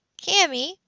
cammy